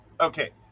okay